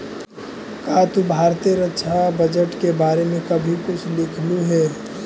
का तू भारतीय रक्षा बजट के बारे में कभी कुछ लिखलु हे